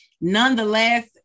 nonetheless